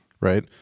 Right